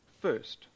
First